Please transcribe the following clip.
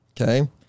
Okay